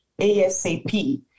ASAP